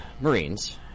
Marines